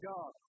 God